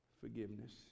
forgiveness